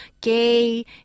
gay